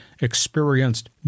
experienced